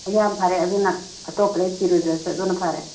ꯍꯣ ꯌꯥꯝ ꯐꯔꯦ ꯑꯗꯨꯅ ꯑꯇꯣꯞꯄꯗꯩ ꯊꯤꯔꯨꯗ꯭ꯔꯁꯨ ꯑꯗꯨꯅ ꯐꯔꯦ